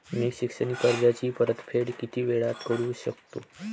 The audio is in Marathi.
मी शैक्षणिक कर्जाची परतफेड किती वेळात करू शकतो